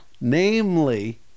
Namely